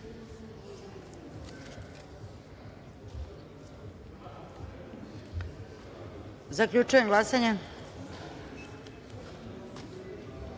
Zaključujem glasanje: